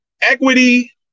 equity